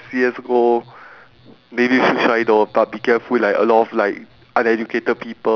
ya but then right I was like full of happiness I was filled with happiness when I bought it